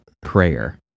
prayer